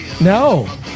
No